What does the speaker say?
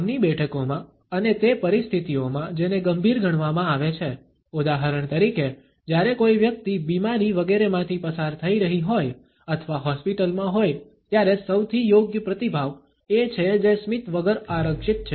કામની બેઠકોમાં અને તે પરિસ્થિતિઓમાં જેને ગંભીર ગણવામાં આવે છે ઉદાહરણ તરીકે જ્યારે કોઈ વ્યક્તિ બીમારી વગેરે માંથી પસાર થઈ રહી હોય અથવા હોસ્પિટલમાં હોય ત્યારે સૌથી યોગ્ય પ્રતિભાવ એ છે જે સ્મિત વગર આરક્ષિત છે